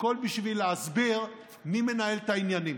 הכול בשביל להסביר מי מנהל את העניינים.